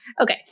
Okay